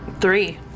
three